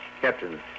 Captain